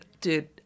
dude